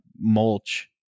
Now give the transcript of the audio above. mulch